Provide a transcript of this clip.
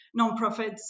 nonprofits